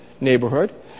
neighborhood